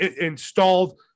installed